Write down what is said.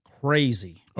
crazy